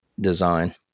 design